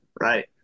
right